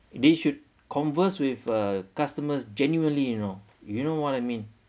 they should converse with uh customers genuinely you know you know what I mean